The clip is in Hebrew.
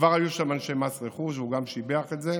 כבר היו שם אנשי מס רכוש, והוא גם שיבח את זה.